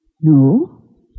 No